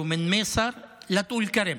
הם אולצו להגר ממייסר לטול כרם.